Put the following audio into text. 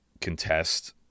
contest